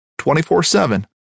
24-7